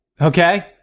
Okay